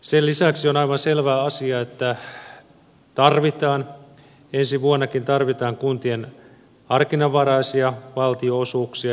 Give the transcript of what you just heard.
sen lisäksi on aivan selvä asia että ensi vuonnakin tarvitaan kuntien harkinnanvaraisia valtionosuuksia